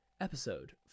episode